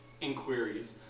inquiries